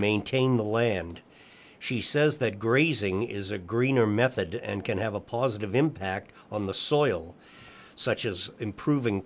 maintain the land she says that grazing is a greener method and can have a positive impact on the soil such as improving